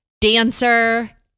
dancer